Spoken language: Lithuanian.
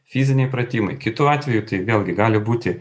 fiziniai pratimai kitu atveju tai vėlgi gali būti